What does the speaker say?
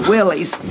Willie's